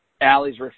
Allie's